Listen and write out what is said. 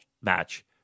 match